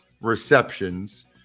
receptions